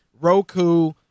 Roku